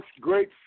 great